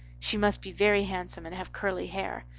she must be very handsome and have curly hair.